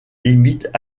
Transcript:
limites